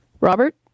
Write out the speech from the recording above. Robert